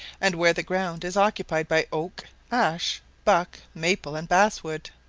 and where the ground is occupied by oak, ash, buck, maple, and bass-wood.